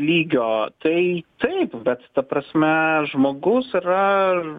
lygio tai taip bet ta prasme žmogus yra